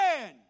man